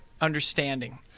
understanding